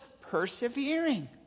persevering